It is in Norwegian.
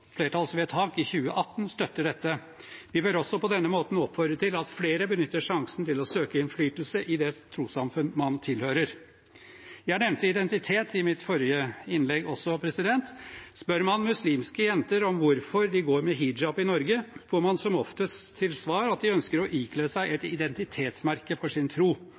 flertallsvedtak i 2018 – støtter dette. Vi bør også på denne måten oppfordre til at flere benytter sjansen til å søke innflytelse i det trossamfunn man tilhører. Jeg nevnte identitet i mitt forrige innlegg også. Spør man muslimske jenter om hvorfor de går med hijab i Norge, får man som oftest til svar at de ønsker å ikle seg et identitetsmerke for sin tro.